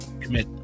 commit